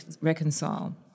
reconcile